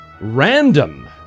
Random